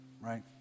right